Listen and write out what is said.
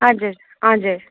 हजुर हजुर